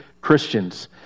Christians